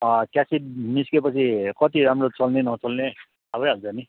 cassette निस्केपछि कति राम्रो चल्ने नचल्ने थाह भइहाल्छ नि